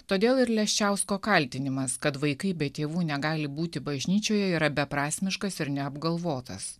todėl ir leščiausko kaltinimas kad vaikai be tėvų negali būti bažnyčioje yra beprasmiškas ir neapgalvotas